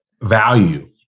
value